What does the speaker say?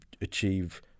achieve